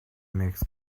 makes